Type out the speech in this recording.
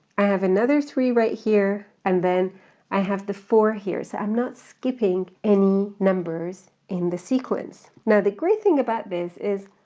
i have another three right here and then i have the four here. so i'm not skipping any numbers in the sequence. now the great thing about this is,